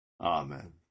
Amen